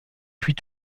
puis